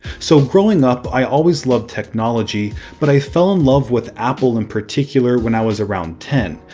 so growing up i always loved technology but i fell in love with apple in particular when i was around ten,